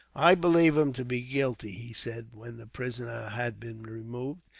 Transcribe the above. i believe him to be guilty, he said, when the prisoner had been removed.